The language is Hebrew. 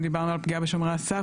אם דיברנו על בשומרי הסף,